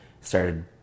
started